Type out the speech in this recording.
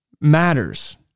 matters